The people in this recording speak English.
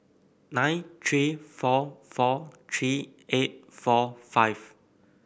nine three four four three eight four five